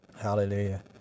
Hallelujah